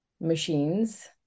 machines